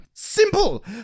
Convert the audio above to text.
Simple